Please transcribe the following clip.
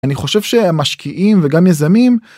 אני חושב שהם משקיעים וגם יזמים.